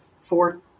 four